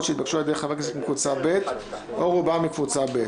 שהתבקשו על ידי חברי כנסת מקבוצה ב' (או רובם מקבוצה ב').